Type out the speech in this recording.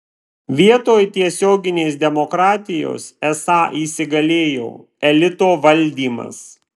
vietoj tiesioginės demokratijos esą įsigalėjo elito valdymas